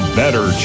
better